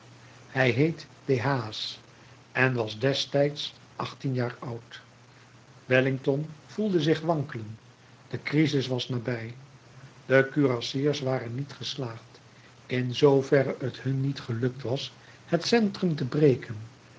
hij heet dehaze en was destijds achttien jaar oud wellington voelde zich wankelen de krisis was nabij de kurassiers waren niet geslaagd in zooverre t hun niet gelukt was het centrum te breken